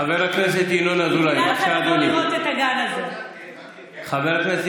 חבר הכנסת ינון אזולאי, בבקשה, אדוני, מוותר.